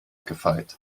gefeit